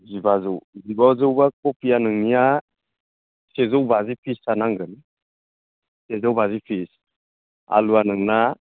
जिबाजौ जिबाजौबाथ' कबिया नोंनिया सेजौ बाजि पिसता नांगोन सेजौ बाजि पिस आलुआ नोंना